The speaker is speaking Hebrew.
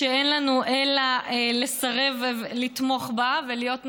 שאין לנו אלא לסרב לתמוך בה ולהיות נגדה.